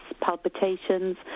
palpitations